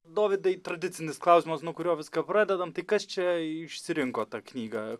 dovydai tradicinis klausimas nuo kurio viską pradedame tai kas čia išsirinko tą knygą